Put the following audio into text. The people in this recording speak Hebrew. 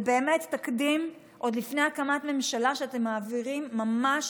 זה באמת תקדים שעוד לפני הקמת ממשלה אתם מעבירים ממש